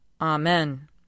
Amen